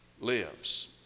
lives